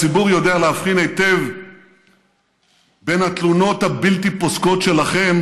הציבור יודע להבדיל היטב בין התלונות הבלתי-פוסקות שלכם